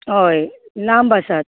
हय लांब आसात